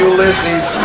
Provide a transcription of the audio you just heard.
Ulysses